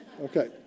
okay